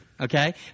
Okay